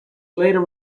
later